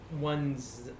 ones